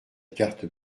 carte